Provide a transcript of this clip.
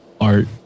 art